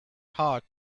heart